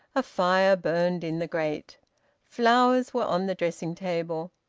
a fire burned in the grate flowers were on the dressing-table.